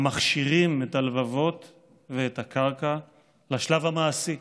המכשירים את הלבבות ואת הקרקע לשלב המעשי,